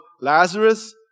Lazarus